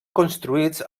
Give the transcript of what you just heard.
construïts